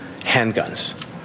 handguns